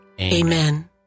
Amen